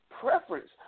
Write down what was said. preference